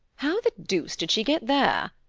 how the deuce did she get there?